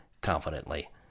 confidently